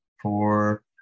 four